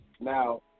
Now